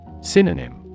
Synonym